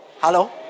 hello